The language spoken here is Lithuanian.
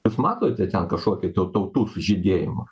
jūs matote ten kažkokį tautų sužydėjimą